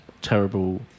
terrible